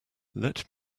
let